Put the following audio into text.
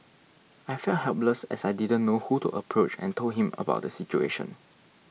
I felt helpless as I didn't know who to approach and told him about the situation